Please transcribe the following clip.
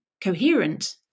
coherent